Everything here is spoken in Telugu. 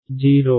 0